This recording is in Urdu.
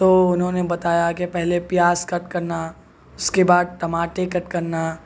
تو انہوں نے بتایا کہ پہلے پیاز کٹ کرنا اس کے بعد ٹماٹے کٹ کرنا